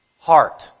heart